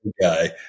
guy